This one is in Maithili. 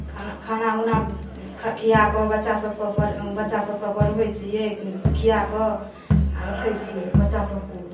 खाना खाना उना खिआ कऽ बच्चा सभकेँ बच्चा सभकेँ पढ़बै छियै खिआ कऽ आ रखै छियै बच्चा सभकेँ